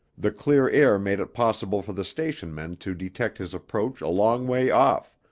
the clear air made it possible for the station men to detect his approach a long way off,